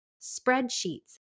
spreadsheets